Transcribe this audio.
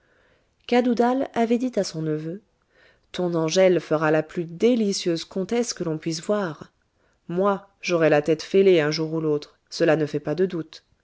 cadoudal avait dit à son neveu ton angèle fera la plus délicieuse comtesse que l'on puisse voir moi j'aurai la tête fêlée un jour ou l'autre cela ne fait pas de doute